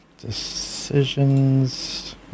Decisions